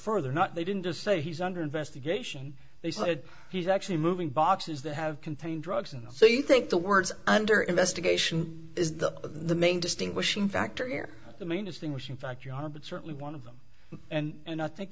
further not they didn't just say he's under investigation they said he's actually moving boxes that have contained drugs and so you think the words under investigation is the main distinguishing factor heir the main distinguishing fact you are but certainly one of them and i think